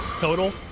Total